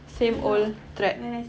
safe old trap